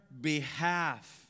behalf